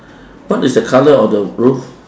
what is the colour of the roof